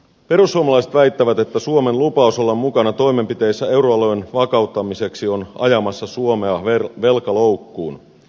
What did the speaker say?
perussuomalaiset väittävät että suomen lu paus olla mukana toimenpiteissä euroalueen vakauttamiseksi on ajamassa suomea velkaloukkuun